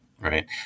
right